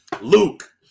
Luke